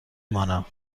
مانم